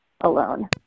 alone